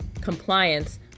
compliance